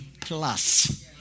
plus